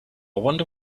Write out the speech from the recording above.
wonder